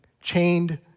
chained